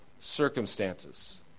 circumstances